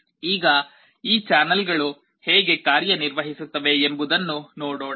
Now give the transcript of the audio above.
ಈಗ ಈ ಚಾನಲ್ಗಳು ಹೇಗೆ ಕಾರ್ಯನಿರ್ವಹಿಸುತ್ತವೆ ಎಂಬುದನ್ನು ನೋಡೋಣ